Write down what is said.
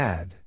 Add